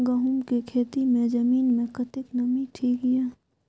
गहूम के खेती मे जमीन मे कतेक नमी ठीक ये?